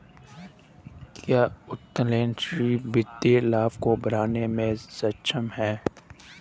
क्या उत्तोलन ऋण वित्तीय लाभ को बढ़ाने में सक्षम है?